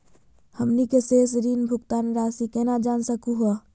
हमनी के शेष ऋण भुगतान रासी केना जान सकू हो?